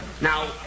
Now